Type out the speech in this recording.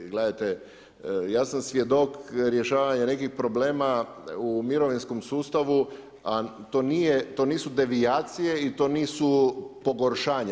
Gledajte ja sam svjedok rješavanja nekih problema u mirovinskom sustavu, a to nisu devijacije i to nisu pogoršanja.